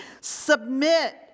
submit